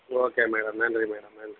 okay madam நன்றி madam நன்றி